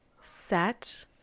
set